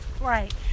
Right